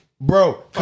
Bro